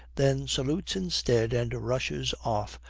then salutes instead, and rushes off,